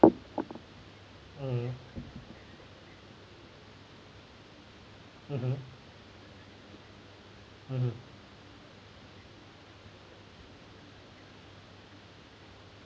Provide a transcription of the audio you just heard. mmhmm mmhmm mmhmm